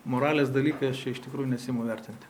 moralės dalykai aš čia ištikrųjų nesiimu vertint